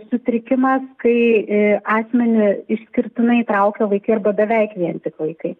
sutrikimas kai asmenį išskirtinai traukia vaikai arba beveik vien tik vaikai